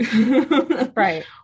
Right